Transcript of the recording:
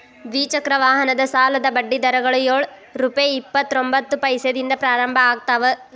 ದ್ವಿಚಕ್ರ ವಾಹನದ ಸಾಲದ ಬಡ್ಡಿ ದರಗಳು ಯೊಳ್ ರುಪೆ ಇಪ್ಪತ್ತರೊಬಂತ್ತ ಪೈಸೆದಿಂದ ಪ್ರಾರಂಭ ಆಗ್ತಾವ